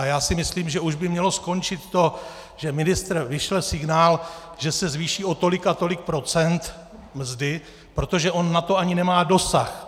Já si myslím, že už by mělo skončit to, že ministr vyšle signál, že se mzdy zvýší o tolik a tolik procent, protože on na to ani nemá dosah.